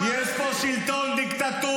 --- בגלל מערכת --- יש פה שלטון דיקטטורי,